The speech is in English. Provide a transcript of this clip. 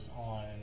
on